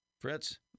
Fritz